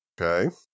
Okay